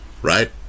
right